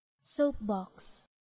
Soapbox